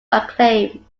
acclaim